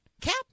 Cap